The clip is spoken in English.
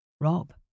Rob